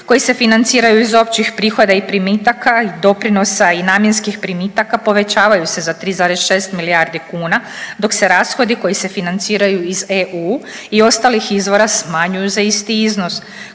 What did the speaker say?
koji se financiraju iz općih prihoda i primitaka i doprinosa i namjenskim primitaka povećavaju se za 3,6 milijardi kuna, dok se rashodi koji se financiraju iz EU i ostalih izvora smanjuju za isti iznos.